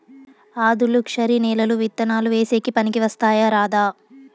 ఆధులుక్షరి నేలలు విత్తనాలు వేసేకి పనికి వస్తాయా రాదా?